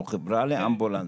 או חברה לאמבולנסים,